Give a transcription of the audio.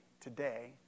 today